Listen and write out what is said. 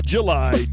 July